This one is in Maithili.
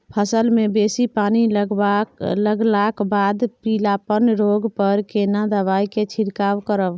फसल मे बेसी पानी लागलाक बाद पीलापन रोग पर केना दबाई से छिरकाव करब?